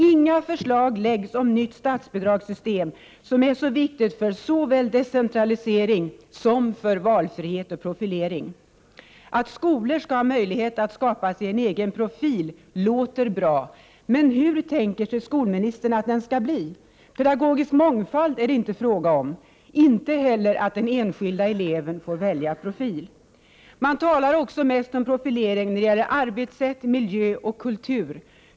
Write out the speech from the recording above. Inga förslag läggs fram om nytt statsbidragssystem, som är så viktigt för såväl decentralisering som för valfrihet och profilering. Att skolor skall ha möjlighet att skapa sig en egen profil låter bra, men hur tänker sig skolministern att den skall bli. Pedagogisk mångfald är det inte fråga om. Det är inte heller fråga om att den enskilda eleven skall få välja profil. Man talar också mest om profilering när det gäller arbetssätt, miljö och kultur.